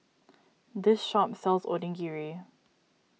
this shop sells Onigiri